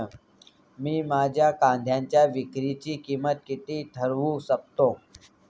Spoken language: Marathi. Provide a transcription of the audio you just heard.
मी माझ्या कांद्यांच्या विक्रीची किंमत किती ठरवू शकतो?